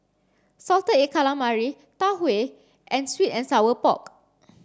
salted egg calamari Tau Huay and sweet and sour pork